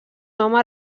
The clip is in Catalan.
home